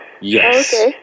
Yes